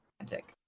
romantic